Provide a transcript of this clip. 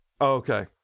okay